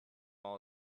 all